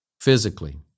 physically